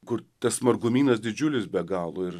kur tas margumynas didžiulis be galo ir